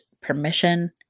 permission